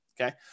okay